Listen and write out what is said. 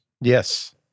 Yes